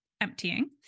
emptying